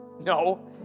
No